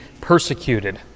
persecuted